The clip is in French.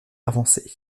avancer